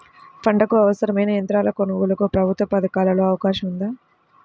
పంటకు అవసరమైన యంత్రాల కొనగోలుకు ప్రభుత్వ పథకాలలో అవకాశం ఉందా?